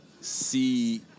see